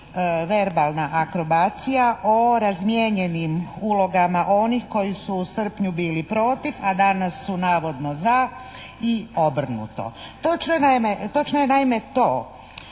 verbalna akrobacija o razmijenjenim ulogama onih koji su u srpnju bili protiv, a danas su navodno za i obrnuto. Točno je naime,